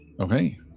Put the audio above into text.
Okay